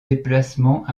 déplacements